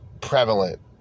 prevalent